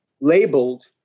labeled